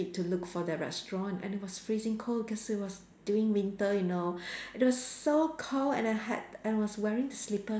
to look for the restaurant and it was freezing cold cause it was during winter you know it was so cold and I had and I was wearing slippers